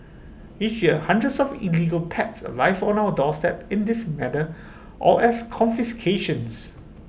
each year hundreds of illegal pets arrive on our doorstep in this manner or as confiscations